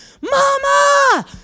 Mama